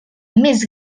més